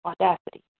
Audacity